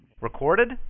Recorded